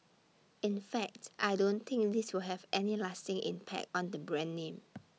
in fact I don't think this will have any lasting impact on the brand name